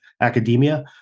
academia